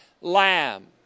Lamb